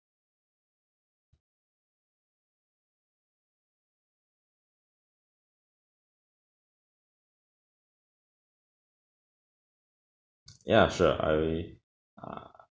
ya sure I uh